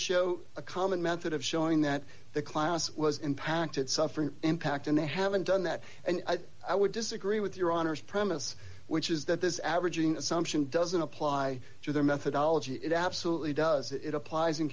show a common method of showing that the class was impacted suffering impact and they haven't done that and i would disagree with your honor's premise which is that this averaging assumption doesn't apply to the methodology it absolutely does it applies in